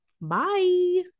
Bye